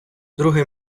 другий